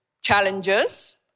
challenges